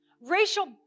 racial